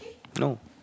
no